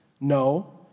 No